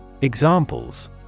Examples